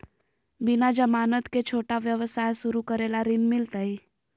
बिना जमानत के, छोटा व्यवसाय शुरू करे ला ऋण मिलतई?